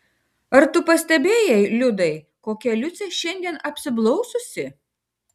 ar tu pastebėjai liudai kokia liucė šiandien apsiblaususi